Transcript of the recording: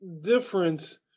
difference